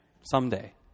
someday